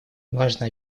важно